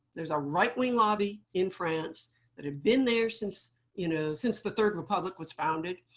there's a right wing lobby in france that had been there since you know since the third republic was founded.